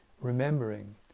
remembering